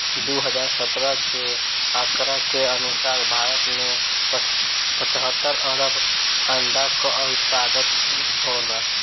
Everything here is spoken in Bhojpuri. दू हज़ार सत्रह के आंकड़ा के अनुसार भारत में पचहत्तर अरब अंडा कअ उत्पादन होला